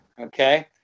Okay